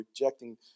rejecting